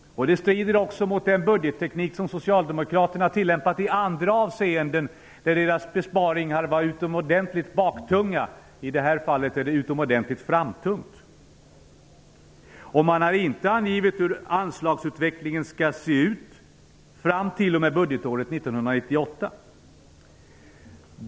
Det strider också mot den budgetteknik som Socialdemokraterna har tillämpat i andra avseenden, där deras besparingar har varit utomordentlig baktunga. I det här fallet är besparingen utomordentligt framtungt. Man har inte angivit hur anslagsutvecklingen skall se ut fram t.o.m. budgetåret 1998.